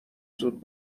زود